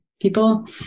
People